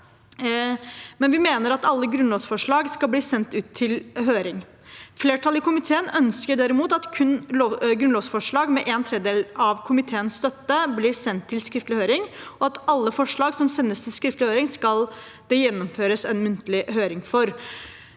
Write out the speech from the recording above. Vi mener at alle grunnlovsforslag skal sendes ut på høring. Flertallet i komiteen ønsker derimot at kun grunnlovsforslag med støtte fra én tredjedel av komiteen blir sendt til skriftlig høring, og at det for alle forslag som sendes til skriftlig høring, skal gjennomføres en muntlig høring.